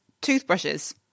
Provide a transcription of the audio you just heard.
toothbrushes